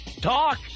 Talk